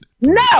No